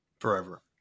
forever